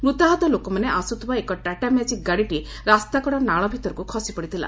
ମୂତାହାତ ଲୋକମାନେ ଆସୁଥିବା ଏକ ଟାଟାମ୍ୟାଜିକ୍ ଗାଡିଟି ରାସ୍ତାକଡ ନାଳ ଭିତରକ୍ ଖସି ପଡିଥିଲା